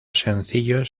sencillos